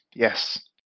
Yes